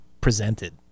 presented